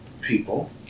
people